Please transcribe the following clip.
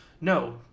no